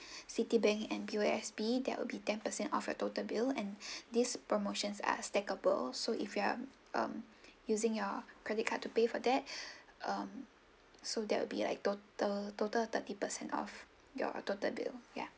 citibank and P_O_S_B that will be ten percent off your total bill and these promotions are stackable so if you are um using your credit card to pay for that um so there will be like total total thirty percent off your total bill ya